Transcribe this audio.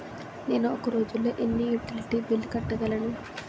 నేను ఒక రోజుల్లో ఎన్ని యుటిలిటీ బిల్లు కట్టగలను?